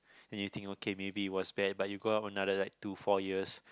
then you think okay maybe it was that but you grow up another like two four years